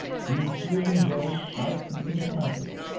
he is building roads out into the country,